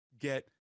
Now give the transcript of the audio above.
get